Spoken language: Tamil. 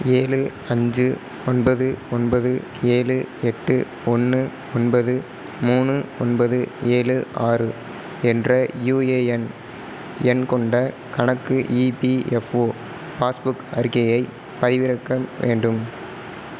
ஏழு அஞ்சு ஒன்பது ஒன்பது ஏழு எட்டு ஒன்று ஒன்பது மூணு ஒன்பது ஏழு ஆறு என்ற யுஏஎன் எண் கொண்ட கணக்கு இபிஎஃப்ஓ பாஸ்புக் அறிக்கையை பதிவிறக்க வேண்டும்